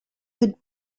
you